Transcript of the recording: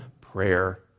Prayer